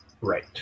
Right